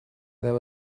there